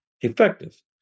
effective